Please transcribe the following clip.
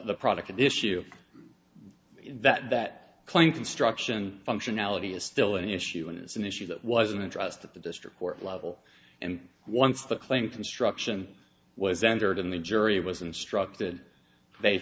the product and issue that that claim construction functionality is still an issue and it's an issue that wasn't addressed that the district court level and once the claim construction was entered in the jury was instructed they